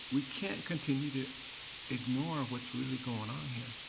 we can't continue to ignore what's really going on here.